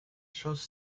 shows